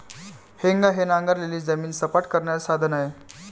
हेंगा हे नांगरलेली जमीन सपाट करण्याचे साधन आहे